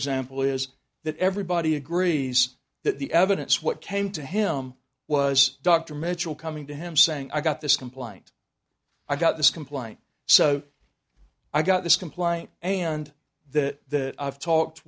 example is that everybody agrees that the evidence what came to him was dr mitchell coming to him saying i got this complaint i got this compliant so i got this compliant and that i've talked